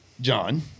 John